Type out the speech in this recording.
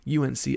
UNC